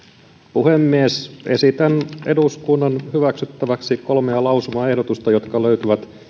puhemies esitän eduskunnan hyväksyttäväksi kolme lausumaehdotusta jotka löytyvät